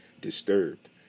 disturbed